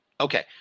Okay